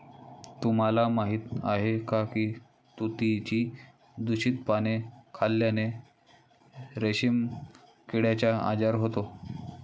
तुम्हाला माहीत आहे का की तुतीची दूषित पाने खाल्ल्याने रेशीम किड्याचा आजार होतो